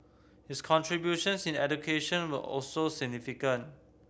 his contributions in education were also significant